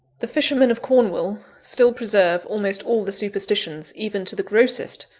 the fishermen of cornwall still preserve almost all the superstitions, even to the grossest,